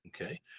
Okay